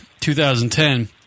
2010